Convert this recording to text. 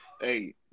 Hey